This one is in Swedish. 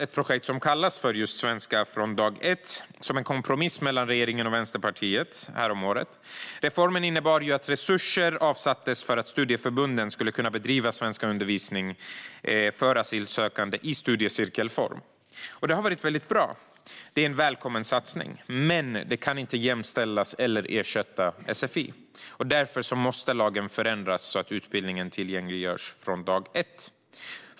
Ett projekt som kallas Svenska från dag ett infördes häromåret som en kompromiss mellan regeringen och Vänsterpartiet. Reformen innebar att resurser avsattes för att studieförbunden skulle kunna bedriva svenskundervisning för asylsökande i studiecirkelform. Det har varit väldigt bra. Det är en välkommen satsning. Men det kan inte jämställas med eller ersätta sfi. Därför måste lagen förändras så att utbildningen tillgängliggörs från dag ett.